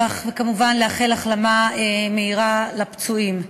וכמובן, לאחל החלמה מהירה לפצועים.